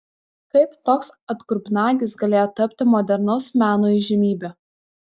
kaip toks atgrubnagis galėjo tapti modernaus meno įžymybe